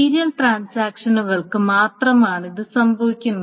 serial ട്രാൻസാക്ഷനുകൾക്ക് മാത്രമാണ് ഇത് സംഭവിക്കുന്നത്